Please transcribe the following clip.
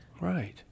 Right